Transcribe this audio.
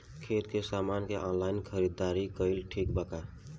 खेती के समान के ऑनलाइन खरीदारी कइल ठीक बा का?